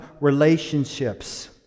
relationships